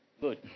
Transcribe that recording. good